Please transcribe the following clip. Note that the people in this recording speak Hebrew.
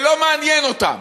זה לא מעניין אותם.